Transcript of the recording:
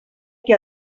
qui